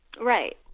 Right